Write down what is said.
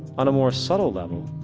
on more subtle level,